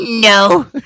No